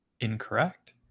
Incorrect